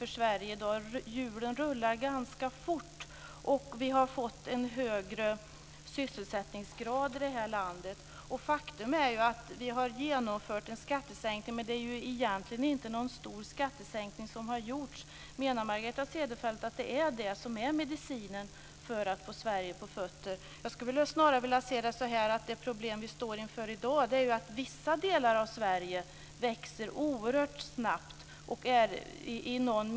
Vi från moderaterna anser att förmånsbeskattningen måste ses över och ändras så att t.ex. småföretagare inte är nödgade att skaffa sig flera bilar bara för att en bil behövs i jobbet och en för privat körning, dvs. två bilar - inte för att det behövs av praktiska skäl utan av skatteskäl. Så ser situationen ut i dag.